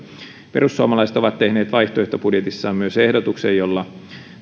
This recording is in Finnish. perussuomalaiset ovat tehneet vaihtoehtobudjetissaan myös ehdotuksen jolla